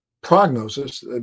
prognosis